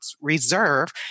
Reserve